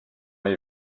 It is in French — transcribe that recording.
les